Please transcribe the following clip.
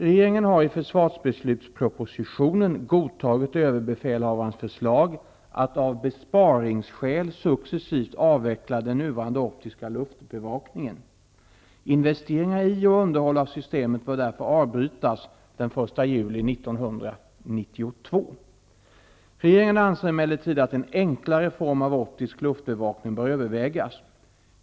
Regeringen har i försvarsbeslutspropositionen Investeringar i och underhåll av systemet bör därför avbrytas den 1 juli 1992. Regeringen anser emellertid att en enklare form av optisk luftbevakning bör övervägas.